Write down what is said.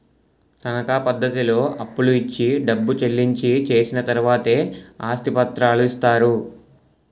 తనకా పద్ధతిలో అప్పులు ఇచ్చి డబ్బు చెల్లించి చేసిన తర్వాతే ఆస్తి పత్రాలు ఇస్తారు